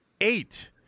Eight